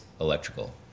electrical